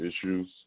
issues